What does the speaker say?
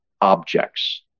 objects